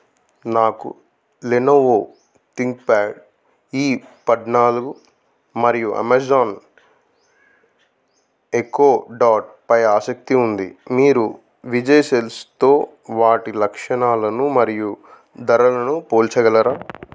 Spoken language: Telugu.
నాకు లెనోవో థింక్ప్యాడ్ ఈ పద్నాలుగు మరియు అమెజాన్ ఎకో డాట్ పై ఆసక్తి ఉంది మీరు విజయ్ సేల్స్తో వాటి లక్షణాలను మరియు ధరలను పోల్చగలరా